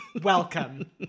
Welcome